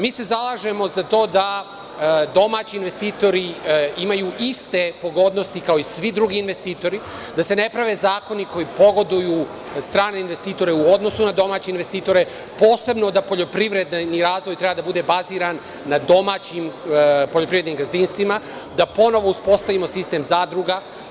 Mi se zalažemo za to da domaći investitori imaju iste pogodnosti kao i svi drugi investitori, da se ne prave zakoni koji pogoduju strane investitore u odnosu na domaće investitore, posebno da poljoprivredni razvoj treba da bude baziran na domaćim poljoprivrednim gazdinstvima, da ponovo uspostavimo sistem zadruga.